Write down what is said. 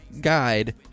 guide